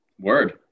word